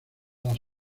las